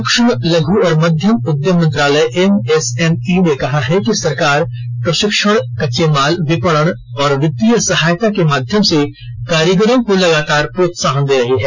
सूक्ष्म लघ् और मध्यम उद्यम मंत्रालय एमएसएमई ने कहा है कि सरकार प्रशिक्षण कच्चे माल विपणन और वित्तीय सहायता के माध्यम से कारीगरों को लगातार प्रोत्साहन दे रही है